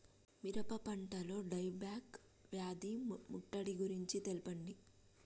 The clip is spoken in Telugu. మిరప పంటలో డై బ్యాక్ వ్యాధి ముట్టడి గురించి తెల్పండి?